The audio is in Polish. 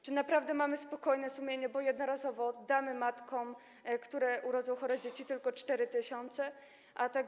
Czy naprawdę mamy spokojne sumienie, bo jednorazowo damy matkom, które urodzą chore dzieci, tylko 4 tys. zł?